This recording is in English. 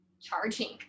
charging